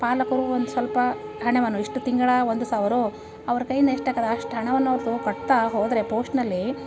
ಪಾಲಕರು ಒಂದು ಸ್ವಲ್ಪ ಹಣವನ್ನು ಇಷ್ಟು ತಿಂಗಳ ಒಂದು ಸಾವಿರ ಅವರ ಕೈಯಿಂದ ಎಷ್ಟು ಆಗ್ತದೆ ಅಷ್ಟು ಹಣವನ್ನು ಅವರು ಕಟ್ತಾ ಹೋದರೆ ಪೋಸ್ಟ್ನಲ್ಲಿ